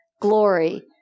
Glory